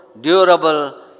durable